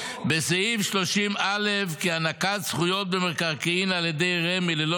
בסעיף 30(א) כי הענקת זכויות במקרקעין על ידי רמ"י ללא